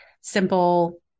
simple